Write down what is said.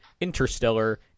Interstellar